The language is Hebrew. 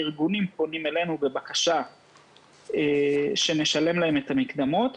הארגונים פונים אלינו בבקשה שנשלם להם את המקדמות.